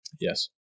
Yes